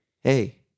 hey